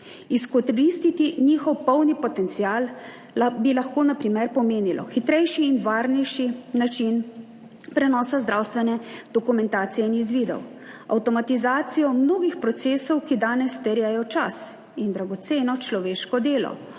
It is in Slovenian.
Izkoristiti njihov polni potencial bi lahko na primer pomenilo hitrejši in varnejši način prenosa zdravstvene dokumentacije in izvidov, avtomatizacijo mnogih procesov, ki danes terjajo čas in dragoceno človeško delo,